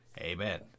Amen